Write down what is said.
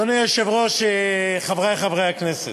אדוני היושב-ראש, חברי חברי הכנסת,